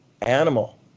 animal